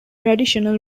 traditional